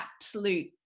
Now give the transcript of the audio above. absolute